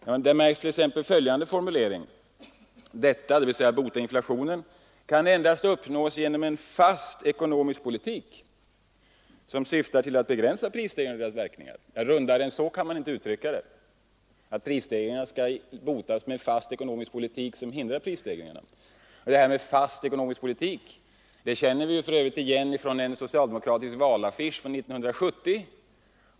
Som ett exempel kan jag nämna följande formulering: ”Detta” ”kan endast uppnås genom ——— en fast ekonomisk politik, som syftar till att begränsa prisstegringarna och deras verkningar.” Rundare än så kan man inte uttrycka det. Prisstegringarna skall botas med en fast ekonomisk politik som hindrar prisstegringarna! Talet om ”en fast ekonomisk politik” känner vi för övrigt igen från en socialdemokratisk valaffisch 1970.